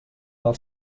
val